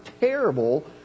terrible